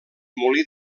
molí